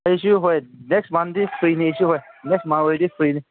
ꯑꯩꯁꯨ ꯍꯣꯏ ꯅꯦꯛꯁ ꯃꯟꯗꯤ ꯐ꯭ꯔꯤꯅꯤꯁꯨ ꯍꯣꯏ ꯅꯦꯛꯁ ꯃꯟꯍꯣꯏꯗꯤ ꯐ꯭ꯔꯤꯅꯤ